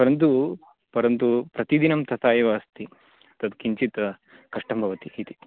परन्तु परन्तु प्रतिदिनं तथा एव अस्ति तत् किञ्चित् कष्टं भवति इति